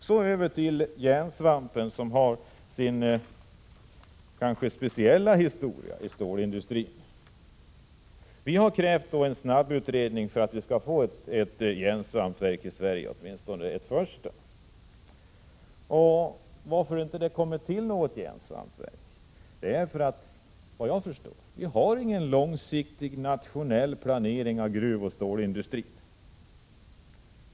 Så över till frågan om järnsvampsverk, som kanske har sin speciella historia inom stålindustrin. Vi har krävt en snabbutredning för att få åtminstone ett första järnsvampsverk i Sverige. Att något sådant inte kommit till beror på att vi inte har någon långsiktig nationell planering av gruvoch stålindustrin.